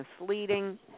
misleading